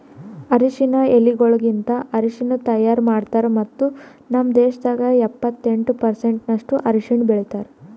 ಅರಶಿನ ಎಲಿಗೊಳಲಿಂತ್ ಅರಶಿನ ತೈಯಾರ್ ಮಾಡ್ತಾರ್ ಮತ್ತ ನಮ್ ದೇಶದಾಗ್ ಎಪ್ಪತ್ತೆಂಟು ಪರ್ಸೆಂಟಿನಷ್ಟು ಅರಶಿನ ಬೆಳಿತಾರ್